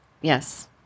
Yes